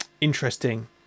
interesting